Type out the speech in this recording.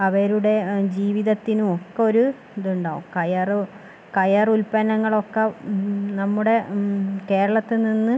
അവരുടെ ജീവിതത്തിന് ഒക്കെ ഒരു ഇതുണ്ടാകും കയറു കയറ് ഉൽപന്നങ്ങൾ ഒക്കെ നമ്മുടെ കേരളത്തിൽ നിന്ന്